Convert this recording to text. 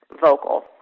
vocal